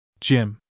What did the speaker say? Jim